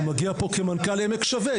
הוא מגיע לפה כמנכ"ל 'עמק שווה',